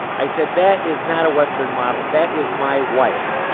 i said, that is not a western model that is my wife. but